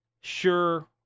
sure